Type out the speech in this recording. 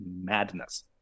madness